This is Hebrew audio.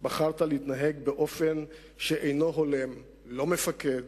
בחרת להתנהג באופן שאינו הולם לא מפקד